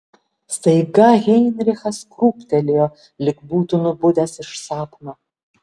staiga heinrichas krūptelėjo lyg būtų nubudęs iš sapno